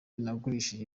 nagurishije